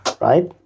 right